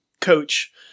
coach